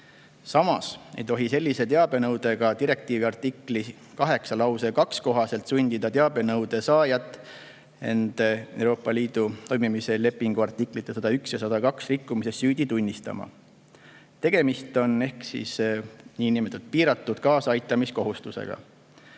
Samas ei tohi sellise teabenõudega direktiivi artikli 8 teise lause kohaselt sundida teabenõude saajat end Euroopa Liidu toimimise lepingu artiklite 101 ja 102 rikkumises süüdi tunnistama. Tegemist on niinimetatud piiratud kaasaaitamiskohustusega.